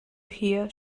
hear